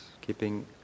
keeping